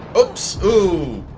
oops. oo.